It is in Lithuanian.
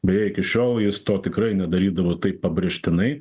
beje iki šiol jis to tikrai nedarydavo taip pabrėžtinai